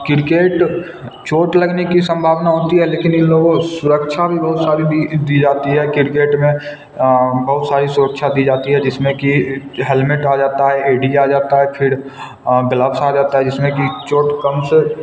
cricket चोंट लगने की संभावना होती है लेकिन इन लोगों सुरक्षा भी बहुत सारी दी दी जाती है किरकेट में बहुत सारी सुरक्षा दी जाती है जिसमें कि हेलमेट आ जाता है एडी आ जाता है फिर ग्लेप्स आ जाता जिसमें कि चोंट कम से